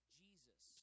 jesus